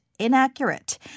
inaccurate